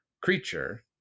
creature